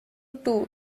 two